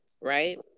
right